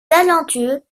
talentueux